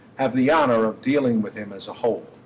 have the honour of dealing with him as a whole.